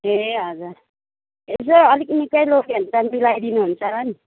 ए हजुर यसो अलिक निकै लग्यो भने त मिलाइदिनुहुन्छ होला नि